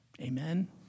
Amen